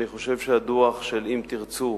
אני חושב שהדוח של "אם תרצו"